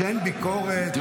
שאין ביקורת,